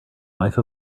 life